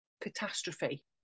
Catastrophe